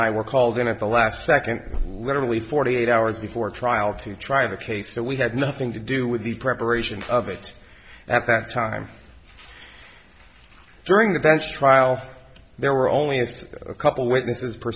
i were called in at the last second literally forty eight hours before trial to try the case that we had nothing to do with the preparation of it at that time during the bench trial there were only it's a couple witnesses per